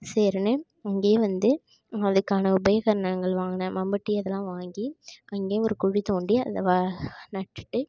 சரின்னு அங்கேயே வந்து அதுக்கான உபகரணங்கள் வாங்கினேன் மம்பட்டி அதெல்லாம் வாங்கி அங்கேயே ஒரு குழி தோண்டி அதில் வ நட்டுவிட்டு